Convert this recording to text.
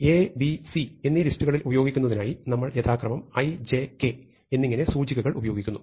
A B C എന്നീ ലിസ്റ്റുകളിൽ ഉപയോഗിക്കുന്നതിനായി നമ്മൾ യഥാക്രമം i j k എന്നിങ്ങനെ സൂചികകൾ ഉപയോഗിക്കുന്നു